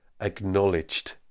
acknowledged